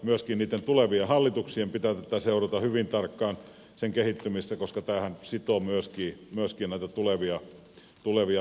myöskin niitten tulevien hallituksien pitää tämän kehittymistä seurata hyvin tarkkaan koska tämähän sitoo myöskin näitä tulevia neljävuotiskausia